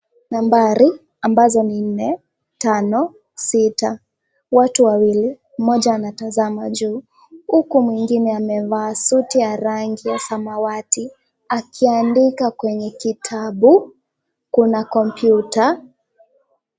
Nambari ambazo ni nne ,tano na sita. Watu wawili mmoja akiwa anatazama juu huku mwingine amevaa suti ya rangi ya samawati akiandika kwenye kitabu. Kuna kompyuta.